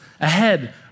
ahead